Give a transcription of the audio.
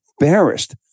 embarrassed